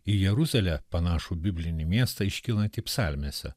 į jeruzalę panašų biblinį miestą iškylantį psalmėse